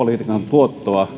tuottoa